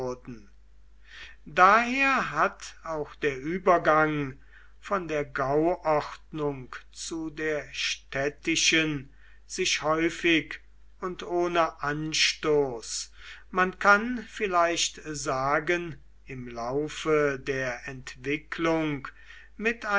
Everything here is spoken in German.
daher hat auch der übergang von der gauordnung zu der städtischen sich häufig und ohne anstoß man kann vielleicht sagen im laufe der entwicklung mit